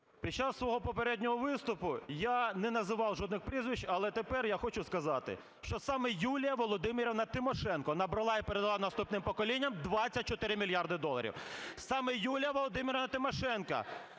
Під час свого попереднього виступу я не називав жодних прізвищ, але тепер я хочу сказати, що саме Юлія Володимирівна Тимошенко набрала і передала наступним поколінням 24 мільярди доларів.